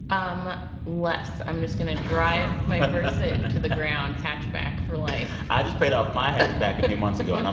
um less. i'm just going to drive my versa into the ground. hatchback for life i just paid off my hatchback a few months ago. and